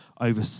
over